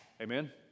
Amen